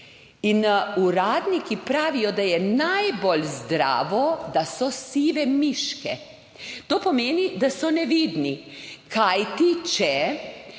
In uradniki pravijo, da je najbolj zdravo, da so sive miške. To pomeni, da so nevidni. Kajti, če